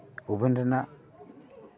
oven ᱨᱮᱱᱟᱜ